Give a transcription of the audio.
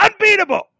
Unbeatable